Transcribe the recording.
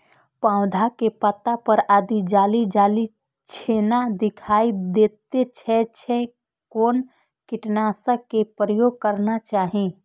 पोधा के पत्ता पर यदि जाली जाली जेना दिखाई दै छै छै कोन कीटनाशक के प्रयोग करना चाही?